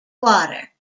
water